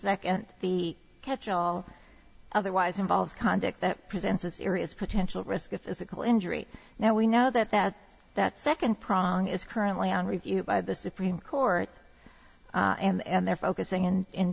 second the catch all otherwise involves conduct that presents a serious potential risk of physical injury now we know that that that second prong is currently on review by the supreme court and they're focusing in